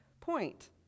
point